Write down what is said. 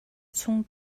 cung